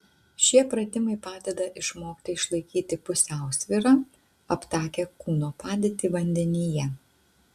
šie pratimai padeda išmokti išlaikyti pusiausvyrą aptakią kūno padėtį vandenyje